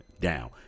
down